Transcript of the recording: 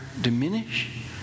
diminish